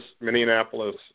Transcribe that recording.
Minneapolis